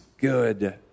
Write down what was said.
good